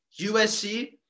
USC